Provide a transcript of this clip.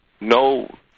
no